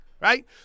right